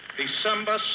December